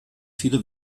viele